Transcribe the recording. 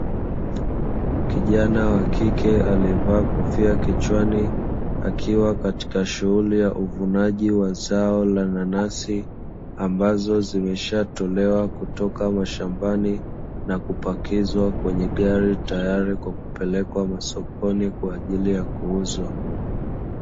Kijana wa kike aliyevaa kofia kichwani akiwa katika shughuli ya uvunaji wa zao la nanasi, ambazo zimeshatolewa kutoka mashambani na kupakizwa kwenye gari tayari kwa kupelekwa sokoni kwa ajili ya kuuzwa.